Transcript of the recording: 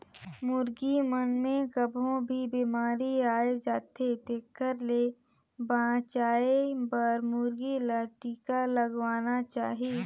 मुरगी मन मे कभों भी बेमारी आय जाथे तेखर ले बचाये बर मुरगी ल टिका लगवाना चाही